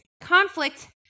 conflict